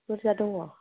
बुरजा दङ